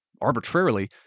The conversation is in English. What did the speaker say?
arbitrarily